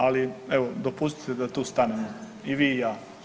Ali evo dopustite da tu stanemo i vi i ja.